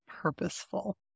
purposeful